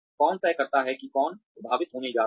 कौन तय करता है कि कौन प्रभावित होने जा रहा है